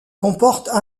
comportent